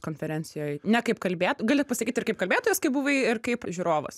konferencijoj ne kaip kalbėt galit pasakyt ir kaip kalbėtojas kaip buvai ir kaip žiūrovas